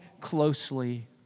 closely